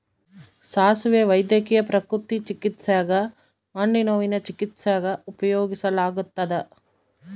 ಸಾಸುವೆ ವೈದ್ಯಕೀಯ ಪ್ರಕೃತಿ ಚಿಕಿತ್ಸ್ಯಾಗ ಮಂಡಿನೋವಿನ ಚಿಕಿತ್ಸ್ಯಾಗ ಉಪಯೋಗಿಸಲಾಗತ್ತದ